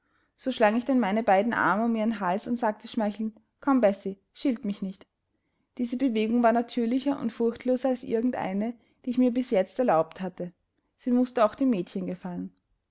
so schlang ich denn meine beiden arme um ihren hals und sagte schmeichelnd komm bessie schilt mich nicht diese bewegung war natürlicher und furchtloser als irgend eine die ich mir bis jetzt erlaubt hatte sie mußte auch dem mädchen gefallen